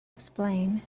explain